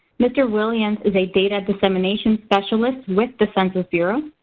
mr. williams is a data dissemination specialist with the census bureau.